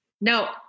No